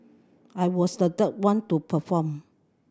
I was the third one to perform